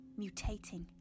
Mutating